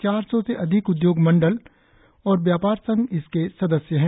चार सौ से अधिक उद्योग मंडल और व्यापार संघ इसके सदस्य हैं